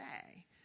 say